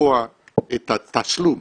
לקבוע את התשלום,